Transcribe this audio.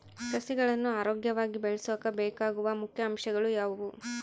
ಸಸಿಗಳನ್ನು ಆರೋಗ್ಯವಾಗಿ ಬೆಳಸೊಕೆ ಬೇಕಾಗುವ ಮುಖ್ಯ ಅಂಶಗಳು ಯಾವವು?